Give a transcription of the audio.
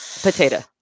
potato